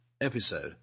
episode